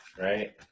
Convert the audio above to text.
Right